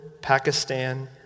pakistan